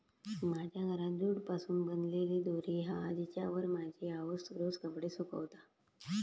माझ्या घरात जूट पासून बनलेली दोरी हा जिच्यावर माझी आउस रोज कपडे सुकवता